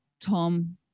Tom